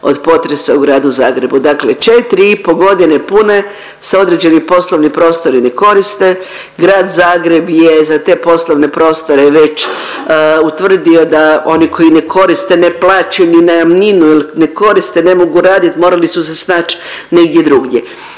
od potresa u Gradu Zagrebu. Dakle, 4,5 godine pune se određeni poslovni prostori ne koriste, Grad Zagreb je za te poslovne prostore već utvrdio da oni koji ne koriste ne plaćaju ni najamninu jer ne koriste, ne mogu raditi, morali su se snać negdje drugdje.